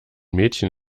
mädchen